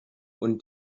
und